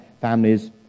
families